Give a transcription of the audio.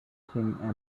him